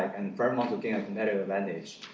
and firm um will gain competitive advantage,